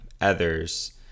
others